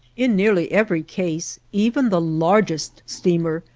in nearly every case, even the largest steamer,